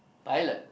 pilot